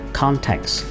context